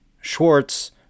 Schwartz